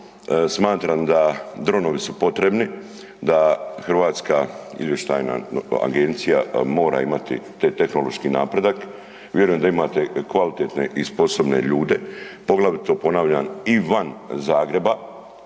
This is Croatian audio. smatram da dronovi su potrebni, da Hrvatska izvještajna agencija mora imati taj tehnološki napredak, vjerujem da imate kvalitetne i sposobne ljude poglavito ponavljam i van Zagreba,